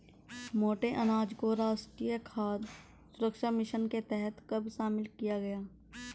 मोटे अनाज को राष्ट्रीय खाद्य सुरक्षा मिशन के तहत कब शामिल किया गया?